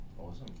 Awesome